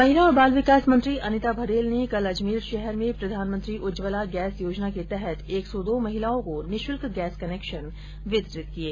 महिला और बाल विकास मंत्री अनिता भदेल ने कल अजमेर शहर में प्रधानमंत्री उज्ज्वला गैस योजना के तहत एक सौ दो महिलाओं को निःशुल्क गैस कनेक्शन वितरित किये